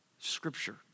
Scripture